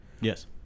Yes